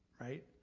right